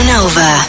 Nova